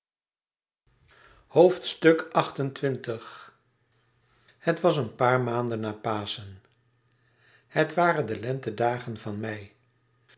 het was een paar maanden na paschen het waren de lentedagen van mei